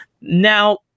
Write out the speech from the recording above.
Now